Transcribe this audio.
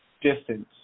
distance